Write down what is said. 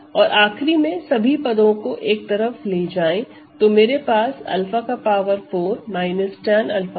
और आखिरी में सभी पदों को एक तरफ ले जाए तो मेरे पास 𝛂4 10 𝛂2 1 0 के